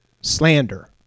Slander